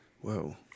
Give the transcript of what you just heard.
Whoa